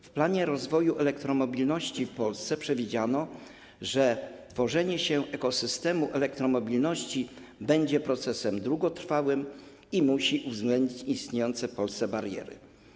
W planie rozwoju elektromobilności w Polsce przewidziano, że tworzenie się ekosystemu elektromobilności będzie procesem długotrwałym i musi uwzględnić istniejące w Polsce bariery.